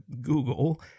Google